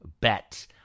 bet